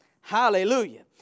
Hallelujah